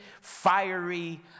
fiery